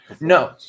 No